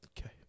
Okay